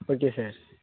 okay sir